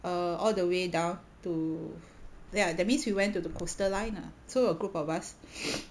err all the way down to ya that means we went to the coastal line lah so a group of us